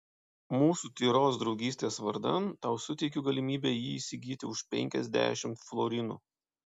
mūsų tyros draugystės vardan tau suteikiu galimybę jį įsigyti už penkiasdešimt florinų